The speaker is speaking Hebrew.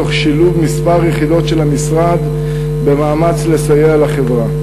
תוך שילוב כמה יחידות של המשרד במאמץ לסייע לחברה.